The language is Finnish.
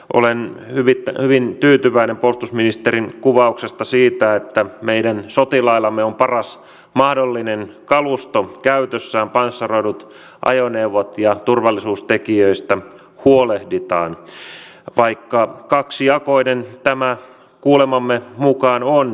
olen hyvin tyytyväinen puolustusministerin kuvauksesta siitä että meidän sotilaillamme on paras mahdollinen kalusto käytössään panssaroidut ajoneuvot ja turvallisuustekijöistä huolehditaan vaikka tämä kuulemamme mukaan on kaksijakoista